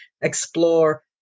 explore